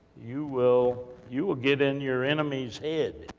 you will you will get in your enemy's head,